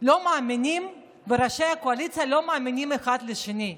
לא מאמינים וראשי הקואליציה לא מאמינים אחד לשני,